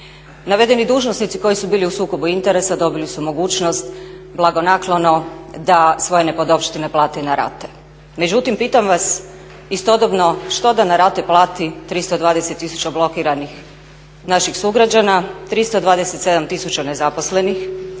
Navedeni dužnosnici koji su bili u sukobu interesa dobili su mogućnost blagonaklono da svoje nepodopštine plate na rate, međutim pitam vas istodobno što da na rate plati 320 tisuća blokiranih naših sugrađana, 327 tisuća nezaposlenih,